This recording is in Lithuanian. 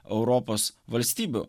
europos valstybių